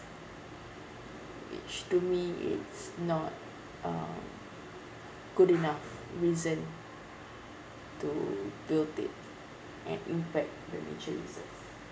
which to me is not um good enough reason to build it and impact the nature reserve